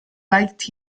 like